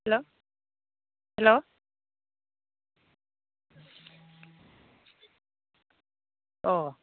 hello hello uh